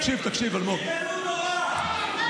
שילמדו תורה,